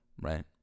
right